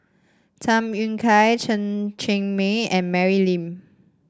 Tham Yui Kai Chen Cheng Mei and Mary Lim